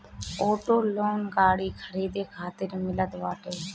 auto loan गाड़ी खरीदे खातिर मिलत बाटे